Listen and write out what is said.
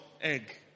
Egg